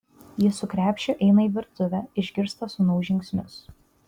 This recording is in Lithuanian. ji su krepšiu eina į virtuvę išgirsta sūnaus žingsnius